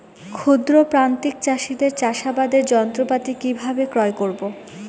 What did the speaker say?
ক্ষুদ্র প্রান্তিক চাষীদের চাষাবাদের যন্ত্রপাতি কিভাবে ক্রয় করব?